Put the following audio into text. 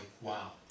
Wow